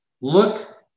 look